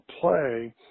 play